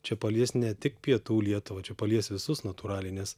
čia palies ne tik pietų lietuvą čia palies visus natūraliai nes